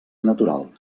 natural